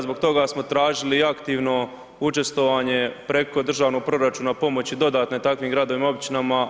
Zbog toga smo tražili i aktivno učestvovanje preko državnog proračuna pomoći dodatne takvim gradovima i općinama.